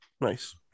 nice